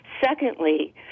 Secondly